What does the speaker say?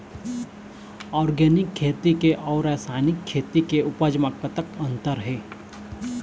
Organic खेती के अउ रासायनिक खेती के उपज म कतक अंतर हे?